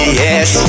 yes